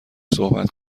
صحبت